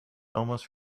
almost